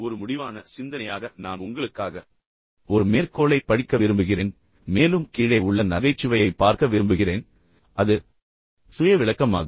ஒரு முடிவான சிந்தனையாக நான் உங்களுக்காக ஒரு மேற்கோளைப் படிக்க விரும்புகிறேன் மேலும் கீழே உள்ள நகைச்சுவையைப் பார்க்க விரும்புகிறேன் அது சுய விளக்கமாகும்